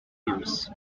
years